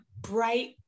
bright